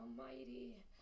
Almighty